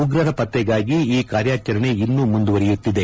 ಉಗ್ರರ ಪತ್ತೆಗಾಗಿ ಈ ಕಾರ್ಯಾಚರಣೆ ಇನ್ನೂ ಮುಂದುವರೆಯುತ್ತಿದೆ